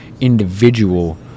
individual